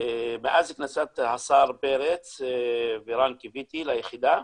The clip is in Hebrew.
מאז הכנסת השר פרץ ורן קויתי ליחידה,